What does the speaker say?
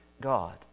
God